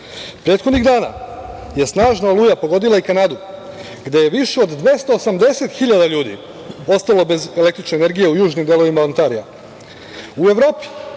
dana je snažna oluja pogodila i Kanadu gde je više od 280 hiljada ljudi ostalo bez električne energije u južnim delovima Ontarija.